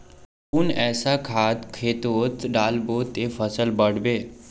कुन ऐसा खाद खेतोत डालबो ते फसल बढ़बे?